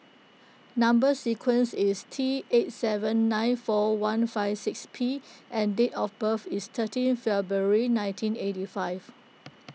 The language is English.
Number Sequence is T eight seven nine four one five six P and date of birth is thirteen February nineteen eighty five